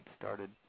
started